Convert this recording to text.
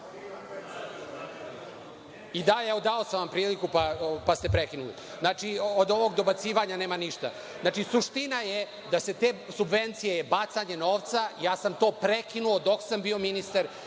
dva?)Evo, dao sam vam priliku, pa ste prekinuli. Znači, od ovog dobacivanja nema ništa. Suština je da su te subvencije bacanje novca. Ja sam to prekinuo. Dok sam bio ministar